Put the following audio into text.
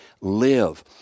live